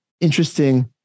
interesting